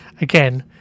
again